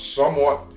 somewhat